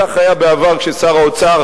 כך היה בעבר כששר האוצר,